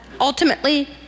ultimately